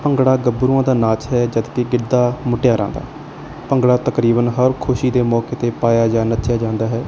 ਭੰਗੜਾ ਗੱਭਰੂਆਂ ਦਾ ਨਾਚ ਹੈ ਜਦੋਂ ਕਿ ਗਿੱਦਾ ਮੁਟਿਆਰਾਂ ਦਾ ਭੰਗੜਾ ਤਕਰੀਬਨ ਹਰ ਖੁਸ਼ੀ ਦੇ ਮੌਕੇ 'ਤੇ ਪਾਇਆ ਜਾਂ ਨੱਚਿਆ ਜਾਂਦਾ ਹੈ